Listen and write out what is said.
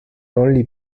only